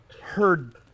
heard